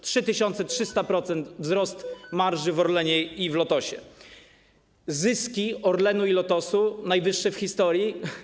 3300% wynosi wzrost marży w Orlenie i w Lotosie, zyski Orlenu i Lotosu są najwyższe w historii.